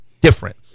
Different